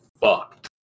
fucked